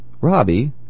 Robbie